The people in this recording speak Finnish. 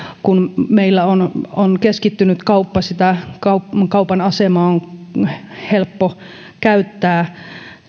kun meillä on on keskittynyt kauppa sitä kaupan asemaa on helppo käyttää